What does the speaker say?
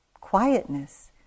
quietness